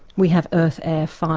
we have earth, air, fire,